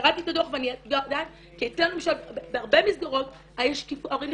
קראתי את הדוח ואני יודעת כי אצלנו למשל בהרבה מסגרות ההורים נכנסים,